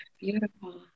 beautiful